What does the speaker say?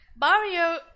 Mario